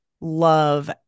love